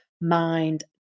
mind